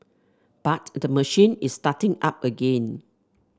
but the machine is starting up again